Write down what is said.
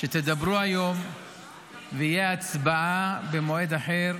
שתדברו היום ותהיה הצבעה במועד אחר,